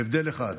בהבדל אחד: